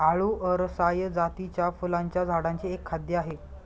आळु अरसाय जातीच्या फुलांच्या झाडांचे एक खाद्य आहे